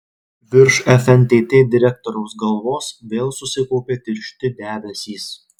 virš fntt direktoriaus galvos vėl susikaupė tiršti debesys